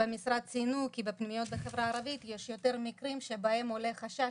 במשרד ציינו כי בפנימיות בחברה הערבית יש יותר מקרים שבהם עולה חשש